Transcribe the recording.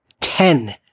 ten